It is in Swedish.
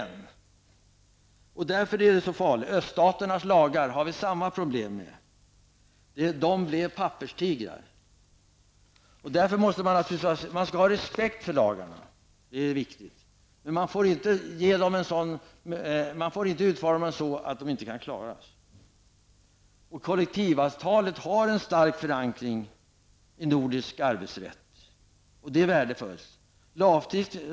När det gäller öststaterna är det samma problem med lagarna, som har blivit papperstigrar. Vi skall ha respekt för lagar. Det är viktigt att så är fallet. Men lagar får inte utformas på ett sådant sätt att det inte går att leva upp till dem. Kollektivavtalet har en stark förankring i nordisk arbetsrätt. Det är värdefullt.